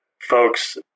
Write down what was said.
folks